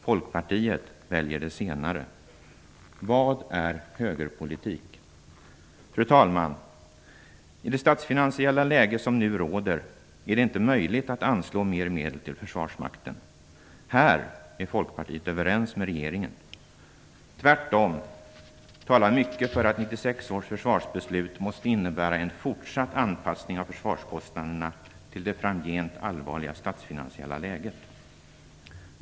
Folkpartiet väljer det senare. Vad är högerpolitik? Fru talman! I det statsfinansiella läge som nu råder, är det inte möjligt att anslå mer medel till försvarsmakten. Här är Folkpartiet överens med regeringen. Tvärtom talar mycket för att 1996 års försvarsbeslut måste innebära en fortsatt anpassning av försvarskostnaderna till det framgent allvarliga statsfinansiella läget.